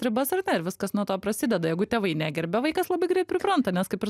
ribas ar ne ir viskas nuo to prasideda jeigu tėvai negerbia vaikas labai greit pripranta nes kaip ir